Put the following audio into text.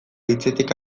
hitzetik